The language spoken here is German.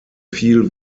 viel